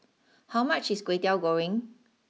how much is Kway Teow Goreng